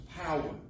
power